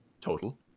total